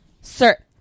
sir